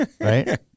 right